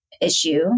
issue